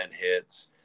hits